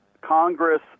Congress